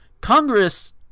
Congress